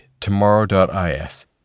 tomorrow.is